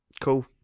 cool